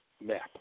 map